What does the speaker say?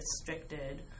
restricted